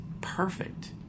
perfect